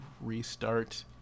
restart